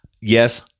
Yes